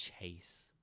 chase